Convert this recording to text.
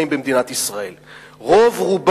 אדוני היושב-ראש,